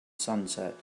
sunset